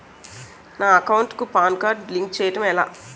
నా అకౌంట్ కు PAN card link చేయడం ఎలా?